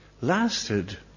lasted